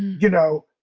you know,